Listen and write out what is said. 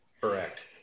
Correct